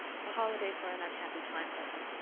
the holidays were an unhappy time for her.